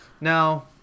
Now